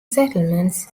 settlements